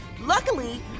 Luckily